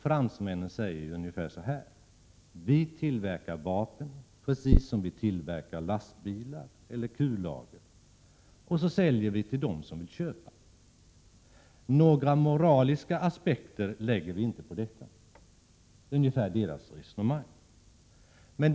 Fransmännen säger ungefär så här: Vi tillverkar vapen precis som vi tillverkar lastbilar eller kullager, och så säljer vi till dem som vill köpa. Några moraliska aspekter lägger vi inte på detta. Det är ungefär fransmännens resonemang.